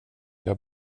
jag